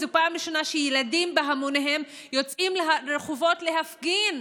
זו הפעם הראשונה שילדים יוצאים בהמוניהם לרחובות להפגין,